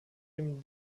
dem